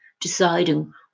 deciding